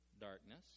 darkness